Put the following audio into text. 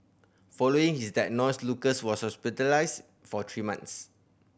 following his diagnosis Lucas was hospitalised for three months